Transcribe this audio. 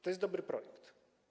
To jest dobry projekt.